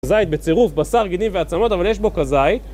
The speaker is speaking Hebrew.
כזית בצירוף, בשר, גידים ועצמות, אבל יש בו כזית